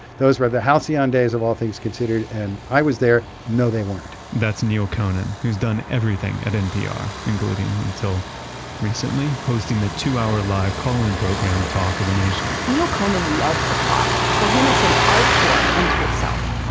those were the halcyon days of all things considered, and i was there. no, they weren't that's neal conan whose done everything at npr. including until recently, hosting the two hours live conan program, talk of the nation neal conan loves the clock. for him its an art form unto itself